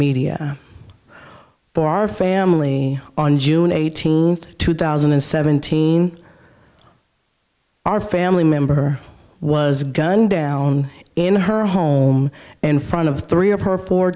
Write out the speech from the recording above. our family on june eighteenth two thousand and seventeen our family member was gunned down in her home in front of three of her fo